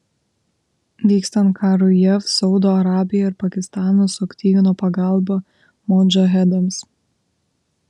vykstant karui jav saudo arabija ir pakistanas suaktyvino pagalbą modžahedams